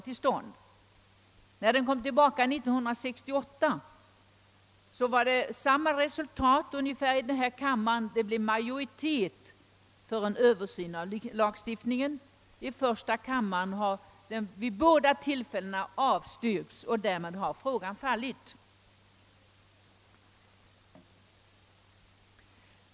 När motionen sedan kom tillbaka 1968 blev resultatet ungefär detsamma här i kammaren, d.v.s. stor majoritet för en översyn av lagstiftningen. Däremot har frågan vid båda tillfällena avslagits i första kammaren och därmed fallit.